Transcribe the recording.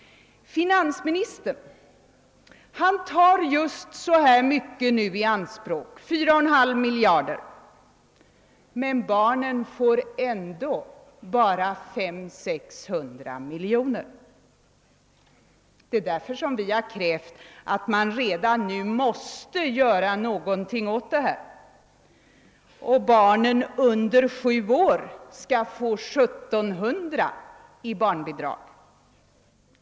Finansministern tar nu just så här mycket i anspråk — 4,5 miljarder — men barnen får ändå bara 500—600 miljoner. Det är därför som vi har krävt att man redan nu skall göra någonting åt den här saken och att barnen under 7 år skall få 1700 kronor i barnbidrag.